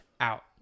Out